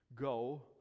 Go